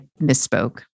misspoke